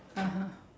(uh huh)